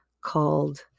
called